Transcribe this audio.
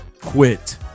Quit